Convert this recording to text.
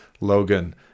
Logan